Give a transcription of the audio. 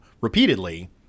repeatedly—